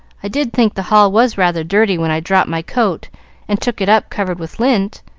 i did think the hall was rather dirty when i dropped my coat and took it up covered with lint.